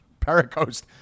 paracost